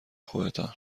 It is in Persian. خودتان